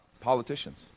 politicians